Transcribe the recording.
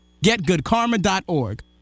Getgoodkarma.org